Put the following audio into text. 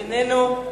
איננו.